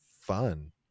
fun